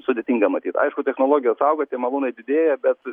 sudėtinga matyt aišku technologijos auga tie malūnai didėja bet